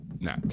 No